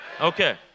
Okay